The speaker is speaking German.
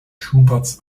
schuberts